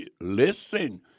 Listen